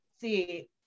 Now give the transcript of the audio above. see